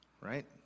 Right